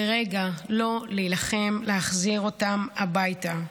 לרגע אי-אפשר לא להילחם להחזיר אותם הביתה.